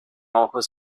ojos